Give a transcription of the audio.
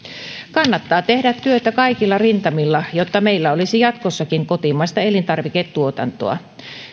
kannattaa tehdä työtä kaikilla rintamilla jotta meillä olisi jatkossakin kotimaista elintarviketuotantoa